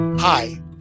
Hi